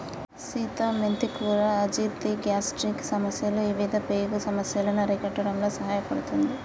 సీత మెంతి కూర అజీర్తి, గ్యాస్ట్రిక్ సమస్యలు ఇవిధ పేగు సమస్యలను అరికట్టడంలో సహాయపడుతుంది